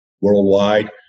worldwide